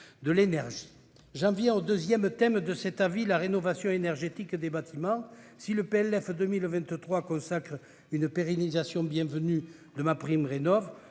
de l'énergie. J'en viens au second thème de cet avis, à savoir la rénovation énergétique des bâtiments. Si le PLF pour 2023 consacre une pérennisation bienvenue de MaPrimeRénov',